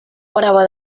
parava